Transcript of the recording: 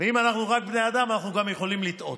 ואם אנחנו רק בני אדם, אנחנו גם יכולים לטעות.